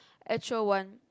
actual one